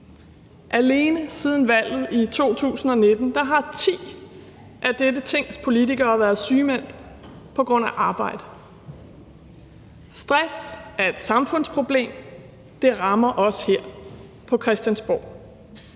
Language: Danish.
Alene siden valget i 2019 har ti af dette Tings politikere været sygemeldt på grund af arbejde. Stress er et samfundsproblem, og det rammer også her på Christiansborg.